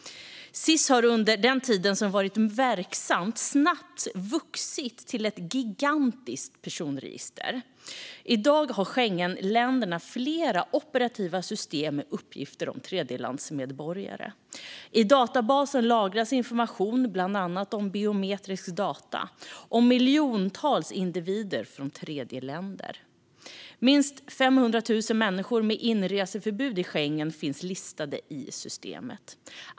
SIS har under den tid det varit verksamt snabbt vuxit till ett gigantiskt personregister. I dag har Schengenländerna flera operativa system med uppgifter om tredjelandsmedborgare. I databaserna lagras information, bland annat biometriska data, om miljontals individer från tredjeländer. Minst 500 000 människor med inreseförbud i Schengen finns listade i systemet.